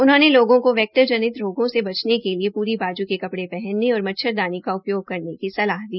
उन्होंने लोगों का वेक्टर जनित रोगों से बचने के लिए पूरी बाजू के कपड़े पहनने और मच्छरदानी का उपयोग करने की सलाह दी